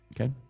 okay